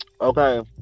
Okay